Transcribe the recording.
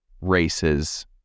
races